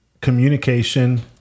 communication